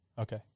Okay